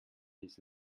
his